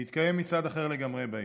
התקיים מצעד אחר לגמרי בעיר,